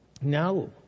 No